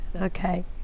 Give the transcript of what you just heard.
Okay